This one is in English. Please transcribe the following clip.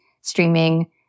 streaming